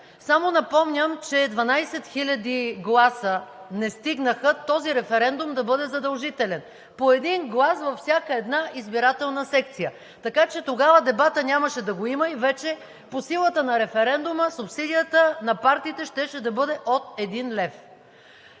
Само напомням, че 12 хиляди гласа не стигнаха този референдум да бъде задължителен – по един глас във всяка една избирателна секция. Така че тогава дебата нямаше да го има и вече по силата на референдума субсидията на партиите щеше да бъде от един лев.